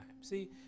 See